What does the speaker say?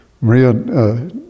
Maria